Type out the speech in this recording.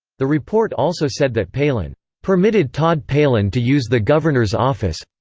the report also said that palin permitted todd palin to use the governor's office